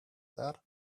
that